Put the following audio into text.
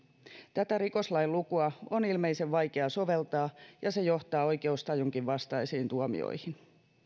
tätä rikoslain lukua on ilmeisen vaikea soveltaa ja se johtaa oikeustajunkin vastaisiin tuomioihin